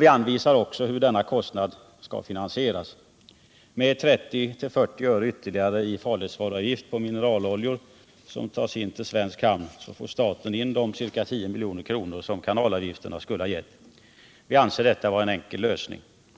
Vi anvisar också hur denna kostnad skall finansieras. Med 30-40 öre högre farledsvaruavgift på mineraloljor som tas in till svensk hamn får staten in de ca 10 milj.kr. som kanalavgifterna skulle ha gett. Vi anser detta vara en enkel lösning.